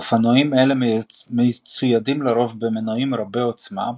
אופנועים אלה מצוידים לרוב במנועים רבי עוצמה,